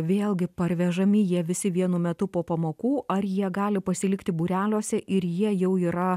vėlgi parvežami jie visi vienu metu po pamokų ar jie gali pasilikti būreliuose ir jie jau yra